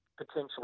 potentially